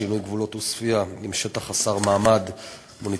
שינוי גבולות עוספיא עם שטח חסר מעמד מוניציפלי,